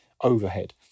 overhead